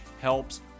helps